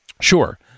Sure